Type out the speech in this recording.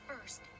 first